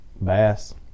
bass